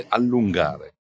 allungare